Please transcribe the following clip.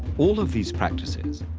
all of these practices,